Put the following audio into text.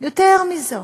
יותר מזאת,